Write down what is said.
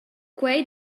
quei